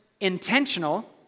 intentional